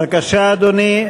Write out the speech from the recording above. בבקשה, אדוני.